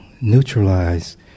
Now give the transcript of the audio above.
neutralize